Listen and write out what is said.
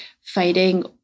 fighting